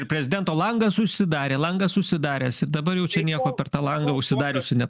ir prezidento langas užsidarė langas užsidaręs ir dabar jau čia nieko per tą langą užsidariusį